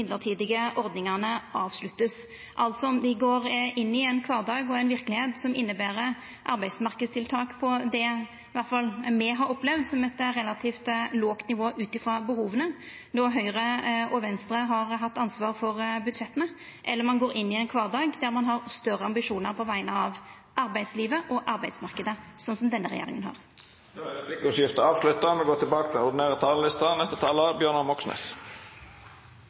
ordningane vert avslutta, altså om dei går inn i ein kvardag og ei verkelegheit som inneber arbeidsmarknadstiltak på det iallfall me har opplevd som eit relativt lågt nivå ut frå behova, når Høgre og Venstre har hatt ansvar for budsjetta, eller om ein går inn i ein kvardag der ein har større ambisjonar på vegner av arbeidslivet og arbeidsmarknaden, slik som denne regjeringa har. Replikkordskiftet er avslutta.